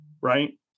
right